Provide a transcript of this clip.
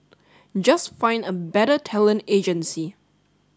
just find a better talent agency